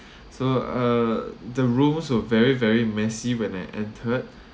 so uh the rooms were very very messy when I entered